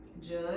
judge